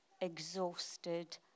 exhausted